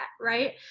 right